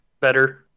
better